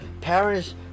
parents